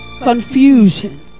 confusion